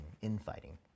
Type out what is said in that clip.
infighting